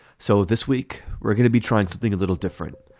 so this week we're going to be trying something a little different.